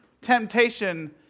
temptation